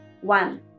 One